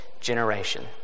generation